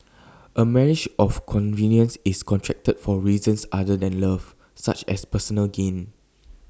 A marriage of convenience is contracted for reasons other than love such as personal gain